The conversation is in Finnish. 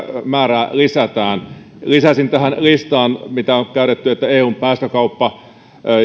määrää lisätään lisäsin tähän listaan mitä on käytetty että eun päästökauppa